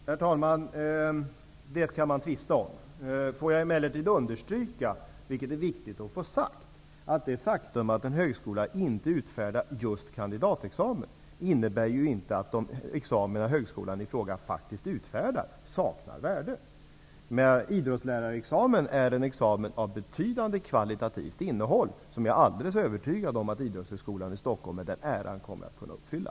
Herr talman! Det kan man tvista om. Får jag emellertid understryka, vilket det är viktigt att få sagt, att det faktum att en högskola inte utfärdar just kandidatexamen inte innebär att de examina som högskolan i fråga faktiskt utfärdar saknar värde. En idrottslärarexamen är en examen med ett betydande kvalitativt innehåll, ett krav som jag är helt övertygad om att Idrottshögskolan i Stockholm med den äran kommer att kunna uppfylla.